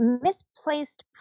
misplaced